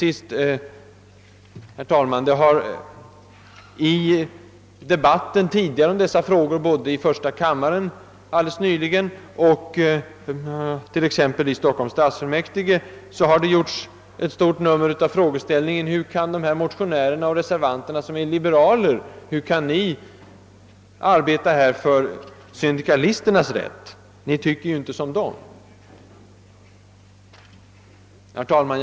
Det har i den tidigare debatten rörande dessa frågor både i första kammaren helt nyligen och för någon tid sedan i Stockholms stadsfullmäktige gjorts ett stort nummer av frågan hur motionärerna och reservanterna, som är liberaler, kan arbeta för syndikalisternas rätt; de har ju inte samma åsikter som vi. Herr talman!